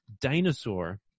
dinosaur